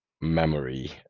memory